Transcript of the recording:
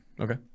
okay